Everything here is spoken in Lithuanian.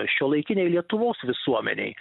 šiuolaikinei lietuvos visuomenei